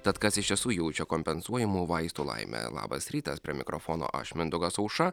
tad kas iš tiesų jaučia kompensuojamų vaistų laimę labas rytas prie mikrofono aš mindaugas aušra